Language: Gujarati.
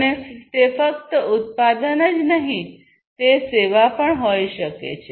અને તે ફક્ત ઉત્પાદન જ નહીં તે સેવા પણ હોઈ શકે છે